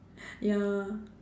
ya